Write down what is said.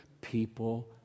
people